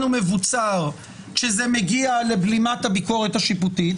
ומבוצר כשזה מגיע לבלימת הביקורת השיפוטית.